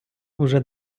уже